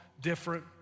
different